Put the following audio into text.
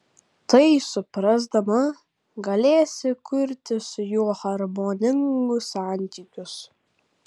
tai suprasdama galėsi kurti su juo harmoningus santykius